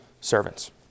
servants